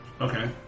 Okay